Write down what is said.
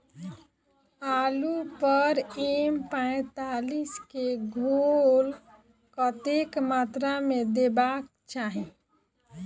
आलु पर एम पैंतालीस केँ घोल कतेक मात्रा मे देबाक चाहि?